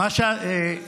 מה הפתרון שלך,